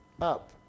up